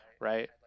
right